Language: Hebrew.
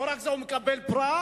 לא רק זה, הוא מקבל פרס,